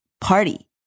party